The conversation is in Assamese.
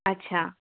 আচ্ছা